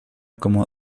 como